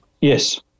Yes